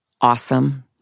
Awesome